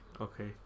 okay